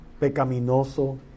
pecaminoso